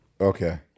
Okay